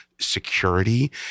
security